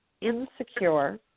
insecure